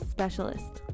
Specialist